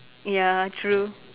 ya true